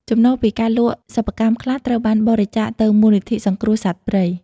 ចំណូលពីការលក់សិប្បកម្មខ្លះ ត្រូវបានបរិច្ចាគទៅមូលនិធិសង្គ្រោះសត្វព្រៃ។